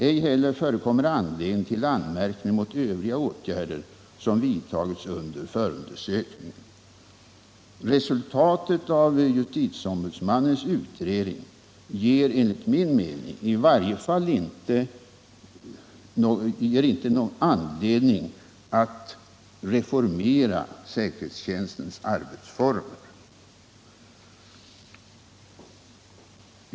Ej heller förekommer anledning till anmärkning mot övriga åtgärder som vidtagits under förundersökningen.” Resultatet av justitieombudsmannens utredning ger enligt min mening inte anledning att reformera säkerhetstjänstens arbetsformer.